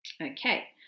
okay